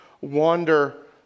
wander